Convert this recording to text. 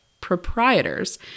proprietors